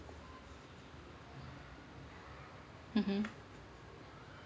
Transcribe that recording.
mmhmm